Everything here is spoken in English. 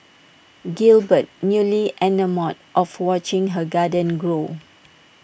Gilbert newly enamoured of watching her garden grow